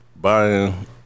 buying